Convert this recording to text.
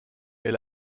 est